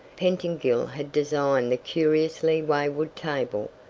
pettingill had designed the curiously wayward table,